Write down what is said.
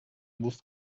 musst